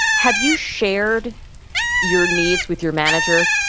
have you shared your needs with your manager?